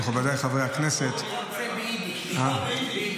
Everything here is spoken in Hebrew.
מכובדיי חברי הכנסת --- אורי, הוא רוצה ביידיש.